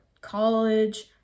college